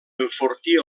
enfortir